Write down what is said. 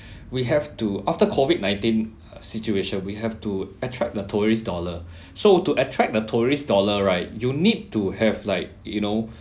we have to after COVID nineteen situation we have to attract the tourist dollar so to attract the tourist dollar right you need to have like you know